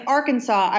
Arkansas